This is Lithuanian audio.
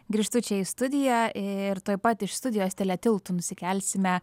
grįžtu čia į studiją ir tuoj pat iš studijos telia tiltu nusikelsime